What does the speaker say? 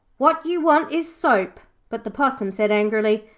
what you want is soap, but the possum said angrily,